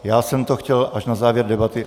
Já jsem to chtěl až na závěr debaty.